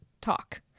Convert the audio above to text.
talk